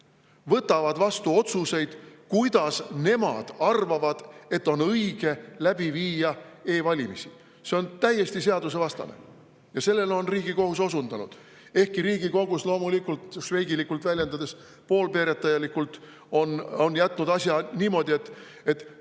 võtavad vastu otsuseid, kuidas nemad arvavad, et on õige läbi viia e-valimisi. See on täiesti seadusevastane. Ja sellele on Riigikohus osundanud. Ehkki Riigikohus on loomulikult – švejkilikult väljendudes, poolpeeretajalikult – jätnud asja niimoodi, et